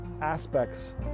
aspects